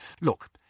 Look